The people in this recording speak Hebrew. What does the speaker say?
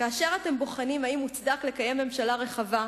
שכאשר אתם בוחנים אם מוצדק לקיים ממשלה רחבה,